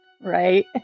Right